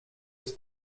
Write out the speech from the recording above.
his